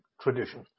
tradition